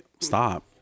stop